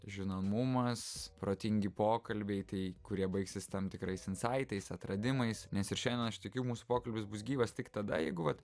žinomumas protingi pokalbiai tai kurie baigsis tam tikrais insaitais atradimais nes ir šiandien aš tikiu mūsų pokalbis bus gyvas tik tada jeigu vat